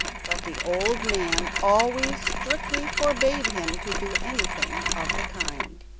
but the old man always strictly forbade him to do anything of the kind.